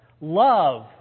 love